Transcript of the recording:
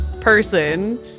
person